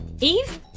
Eve